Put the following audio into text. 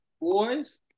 boys